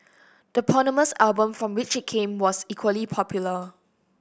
the eponymous album from which it came was equally popular